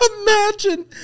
Imagine